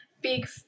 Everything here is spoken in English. big